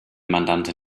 mandantin